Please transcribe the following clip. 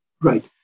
Right